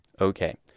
Okay